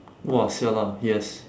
!wah! !siala! yes